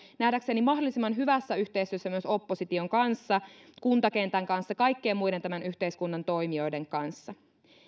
nähdäkseni mahdollisimman hyvässä yhteistyössä myös opposition kanssa kuntakentän kanssa kaikkien muiden tämän yhteiskunnan toimijoiden kanssa